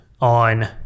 on